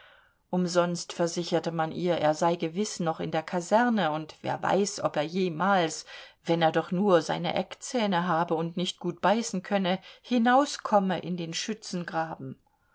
umsonst versicherte man ihr er sei gewiß noch in der kaserne und wer weiß ob er jemals wenn er doch nur seine eckzähne habe und nicht gut beißen könne hinauskomme in den schützengraben